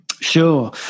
sure